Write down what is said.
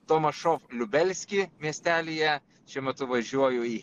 tomašov liubelsky miestelyje šiuo metu važiuoju į